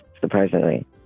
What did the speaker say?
surprisingly